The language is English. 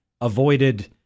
avoided